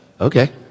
okay